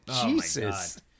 Jesus